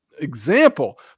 example